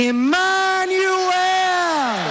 Emmanuel